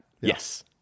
Yes